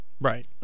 Right